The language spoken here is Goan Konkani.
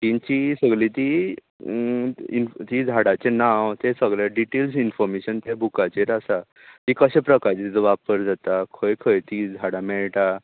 तेंची सगलीं तीं तीं झाडाचे नांव तें सगलें डिटेल्स इनफोरमेशन त्या बुकाचेर आसा ते कशा प्रकारची तेंचो वापर जाता खंय खंय तीं झाडां मेळटा